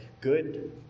good